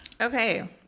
Okay